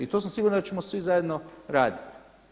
I to sam siguran da ćemo svi zajedno raditi.